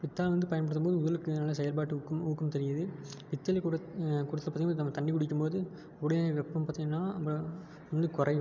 பித்தளை வந்து பயன்படுத்தும் போது உடலுக்கு தேவையான செயல்பாட்டுக்கும் ஊக்கம் தருகிறது பித்தளை குடத் குடத்துல பார்த்தீங்கனா நம்ப தண்ணி குடிக்கும் போது கூடவே வெப்பம் பார்த்தீங்கனா நம்ப வந்து குறையும்